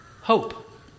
hope